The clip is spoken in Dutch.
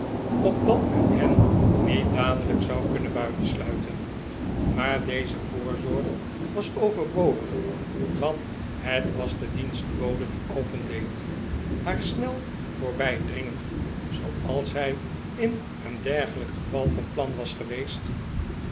opdat men hen niet dadelijk zou kunnen buitensluiten maar deze voprzorg was overbodig want het was de dienstbode die opendeed haar snel voorbijdringend zooals hij in een dergelijk geval van plan was geweest